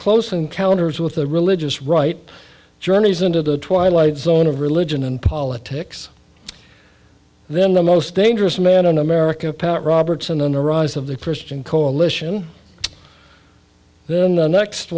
close encounters with the religious right journeys into the twilight zone of religion and politics then the most dangerous man in america pat robertson on the rise of the christian coalition then the next